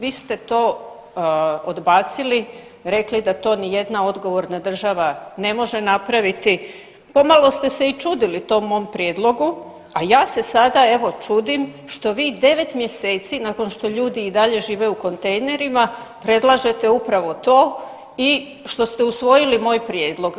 Vi ste to odbacili, rekli da to ni jedna odgovorna država ne može napraviti, pa malo ste se i čudili tom mom prijedlogu, a ja se sada evo čudim što vi 9 mjeseci nakon što ljudi i dalje žive u kontejnerima predlažete upravo to i što ste usvojili moj prijedlog.